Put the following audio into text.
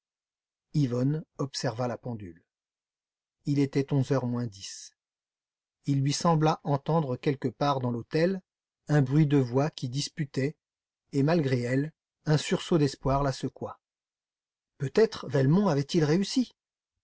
yvonne observa la pendule il était onze heures moins dix il lui sembla entendre quelque part dans l'hôtel un bruit de voix qui disputaient et malgré elle un sursaut d'espoir la secoua peut-être velmont avait-il réussi